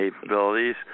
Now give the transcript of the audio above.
capabilities